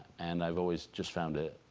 and i've always just found it